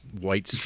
white